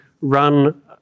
run